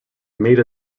made